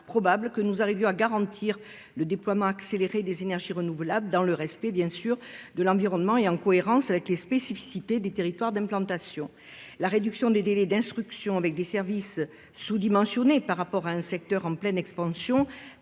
probable que nous arrivions à garantir le déploiement accéléré des énergies renouvelables dans le respect de l'environnement et en cohérence avec les spécificités des territoires d'implantation. La réduction des délais d'instruction, dès lors que les services sont sous-dimensionnés dans un secteur en pleine expansion,